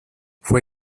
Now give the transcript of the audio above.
fue